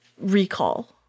recall